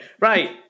right